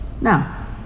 Now